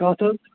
کَتھ حظ